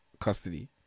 custody